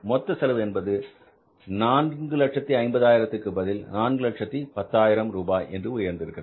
மொத்த செலவு என்பது 450000 450010 ரூபாய் என்று உயர்ந்திருக்கிறது